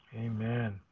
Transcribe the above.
Amen